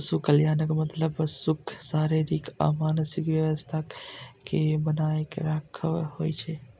पशु कल्याणक मतलब पशुक शारीरिक आ मानसिक स्वास्थ्यक कें बनाके राखब होइ छै